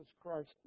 Christ